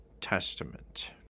Testament